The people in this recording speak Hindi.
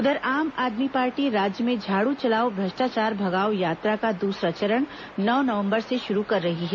उधर आम आदमी पार्टी राज्य में झाड़ चलाओ भ्रष्टाचार भगाओ यात्रा का दूसरा चरण नो नवंबर से शुरू कर रही है